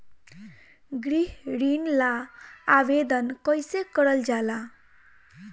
गृह ऋण ला आवेदन कईसे करल जाला?